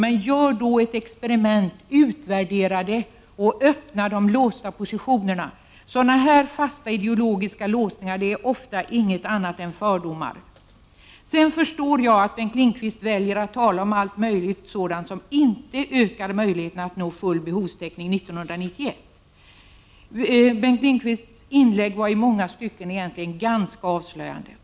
Men gör då ett experiment, utvärdera det, och öppna de låsta positionerna! Fasta ideologiska låsningar av detta slag är ofta inte annat än fördomar. Sedan förstår jag att Bengt Lindqvist väljer att tala om allt möjligt sådant som inte ökar möjligheterna att nå full behovstäckning 1991. Bengt Lindqvists inlägg var egentligen i många stycken ganska avslöjande.